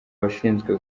bashinzwe